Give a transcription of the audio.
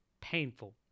Painful